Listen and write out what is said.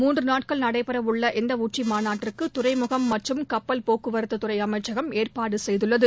முன்றுநாட்கள் நடைபெறவுள்ள இந்தஉச்சிமாநாட்டுக்குதுறைமுகம் மற்றும் கப்பல் போக்குவரத்துதுறைஅமைச்சகம் ஏற்பாடுசெய்துள்ளது